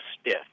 stiff